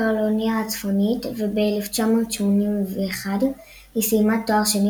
קרוליינה הצפונית וב-1981 היא סיימה תואר שני